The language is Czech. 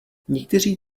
někteří